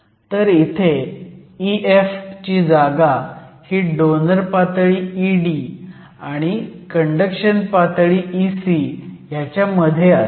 तर इथे EF ची जागा ही डोनर पातळी ED आणि कंडक्शन पातळी Ec च्या मध्ये असेल